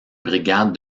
brigade